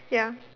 ya